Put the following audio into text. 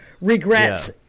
regrets